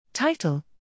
Title